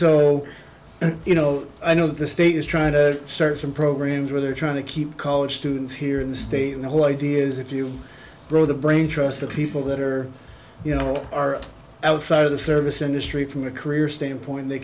so you know i know the state is trying to start some programs where they're trying to keep college students here in the state and the whole idea is if you grow the brain trust the people that are you know are outside of the service industry from a career standpoint they